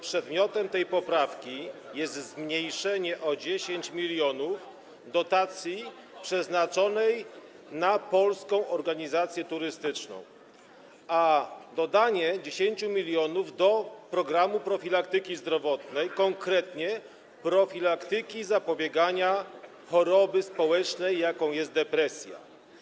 Przedmiotem tej poprawki jest zmniejszenie o 10 mln dotacji przeznaczonej dla Polskiej Organizacji Turystycznej i dodanie 10 mln do programu profilaktyki zdrowotnej, konkretnie profilaktyki choroby społecznej, jaką jest depresja.